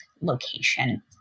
location